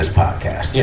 podcast. yeah